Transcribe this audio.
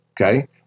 Okay